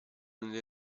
nelle